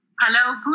Hello